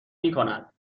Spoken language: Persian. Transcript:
میکند